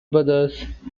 brothers